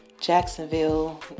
Jacksonville